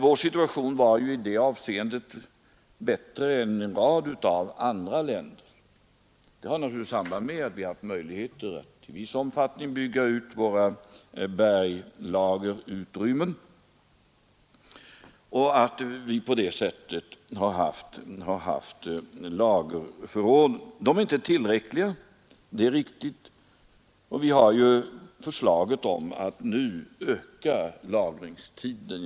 Vår situation var i det avseendet bättre än en rad andra länders. Vi har ju haft möjlighet att i viss omfattning bygga ut våra berglagerutrymmen. Men det är riktigt att förråden inte är tillräckliga, och det finns ju nu ett förslag om att öka lagringstiden.